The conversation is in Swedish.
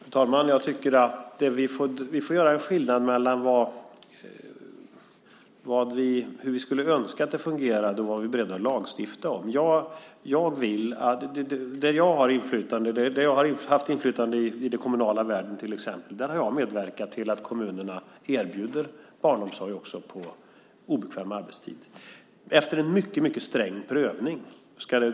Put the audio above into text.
Fru talman! Jag tycker att vi får göra en skillnad mellan hur vi skulle önska att det fungerade och vad vi är beredda att lagstifta om. Där jag har haft inflytande i den kommunala världen har jag medverkat till att erbjuda barnomsorg också på obekväm arbetstid, dock efter en mycket, mycket sträng prövning.